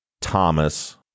Thomas